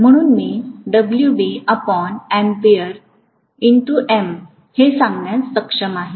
म्हणून मी हे सांगण्यास सक्षम आहे